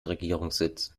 regierungssitz